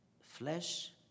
flesh